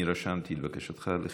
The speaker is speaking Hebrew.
אני רשמתי את בקשתך לחינוך.